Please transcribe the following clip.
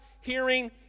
hearing